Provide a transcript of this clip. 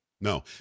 No